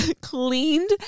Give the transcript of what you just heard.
cleaned